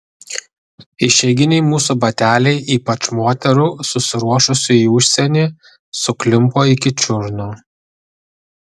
išeiginiai mūsų bateliai ypač moterų susiruošusių į užsienį suklimpo iki čiurnų